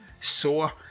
sore